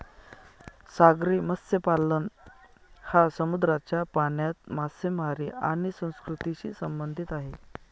सागरी मत्स्यपालन हा समुद्राच्या पाण्यात मासेमारी आणि संस्कृतीशी संबंधित आहे